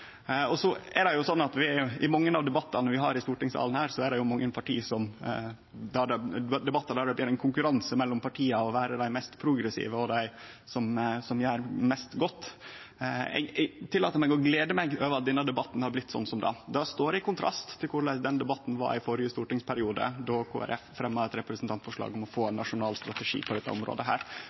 I mange av debattane vi har i stortingssalen, blir det ein konkurranse mellom partia om å vere det mest progressive og det som gjer mest godt. Eg tillèt meg å glede meg over at denne debatten ikkje har blitt slik. Det står i kontrast til korleis debatten var i førre stortingsperiode, då Kristeleg Folkeparti fremja eit representantforslag om å få ein nasjonal strategi på dette området.